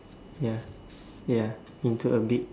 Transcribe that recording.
ya ya into a big